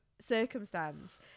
circumstance